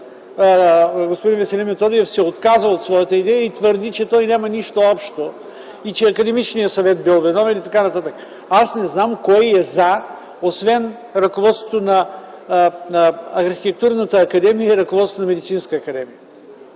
господин Веселин Методиев, се отказа от своята идея и твърди, че той няма нищо общо и че Академичният съвет бил виновен, и т.н. Аз не зная кой е „за”, освен ръководството на Архитектурната академия и ръководството на Медицинска академия.